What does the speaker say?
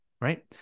right